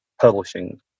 Publishing